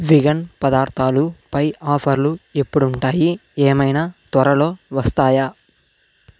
vegan పదార్థాలు పై ఆఫర్లు ఎప్పుడుంటాయి ఏమైనా త్వరలో వస్తాయా